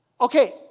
Okay